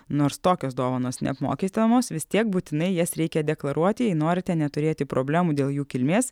nors tokios dovanos neapmokestinamos vis tiek būtinai jas reikia deklaruoti jei norite neturėti problemų dėl jų kilmės